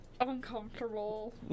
uncomfortable